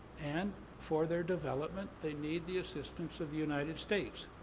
and for their development, they need the assistance of the united states.